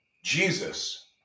Jesus